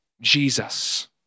Jesus